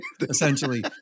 essentially